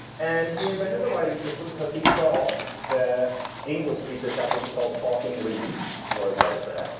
and he invented a writing system because he saw that english speakers had what he called talking leaves was like that.